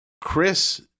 Chris